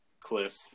Cliff